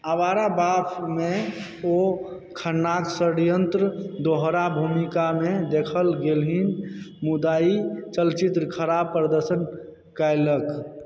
आवारा बापमे ओ खन्नाक षड्यन्त्र दोहरा भूमिकामे देखल गेलीह मुदा ई चलचित्र खराब प्रदर्शन कयलक